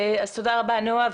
תודה רבה, נועה.